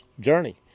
journey